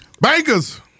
Bankers